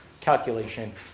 calculation